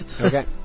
Okay